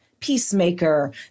peacemaker